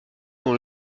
dont